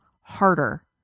harder